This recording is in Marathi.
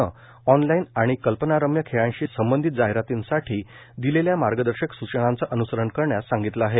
नं ऑनलाईन आणि कल्पनारम्य खेळांशी संबंधित जाहिरातींसाठी दिलेल्या मार्गदर्शक सूचनांचं अन्सरण करण्यास सांगितलं आहे